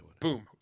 boom